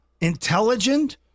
intelligent